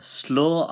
slow